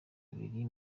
abiri